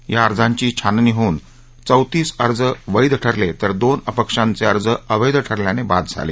या अर्जाची छाननी होऊन चौतीस अर्ज वैध ठरले तर दोन अपक्षांचे अर्ज अवैध ठरल्याने बाद झाले